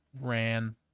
ran